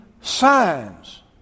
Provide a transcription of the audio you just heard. signs